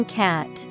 cat